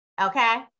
okay